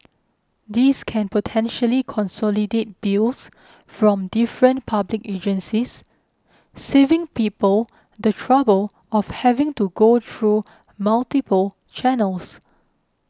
this can potentially consolidate bills from different public agencies saving people the trouble of having to go through multiple channels